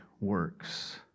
works